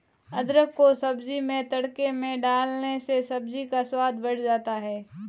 अदरक को सब्जी में तड़के में डालने से सब्जी का स्वाद बढ़ जाता है